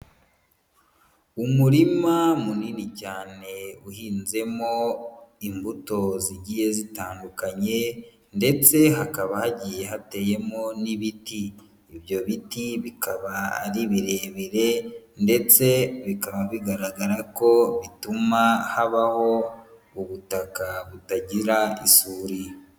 Umurima munini cyane uhinzemo imbuto zigiye zitandukanye ndetse hakaba hagiye hateyemo n'ibiti, ibyo biti bikaba ari birebire ndetse bikaba bigaragara ko bituma habaho ubutaka butagira isuri.